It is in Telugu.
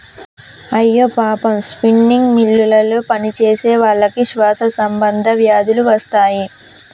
అయ్యో పాపం స్పిన్నింగ్ మిల్లులో పనిచేసేవాళ్ళకి శ్వాస సంబంధ వ్యాధులు వస్తాయి